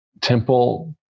Temple